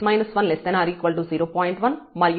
1 గా ఇవ్వబడ్డాయి